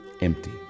empty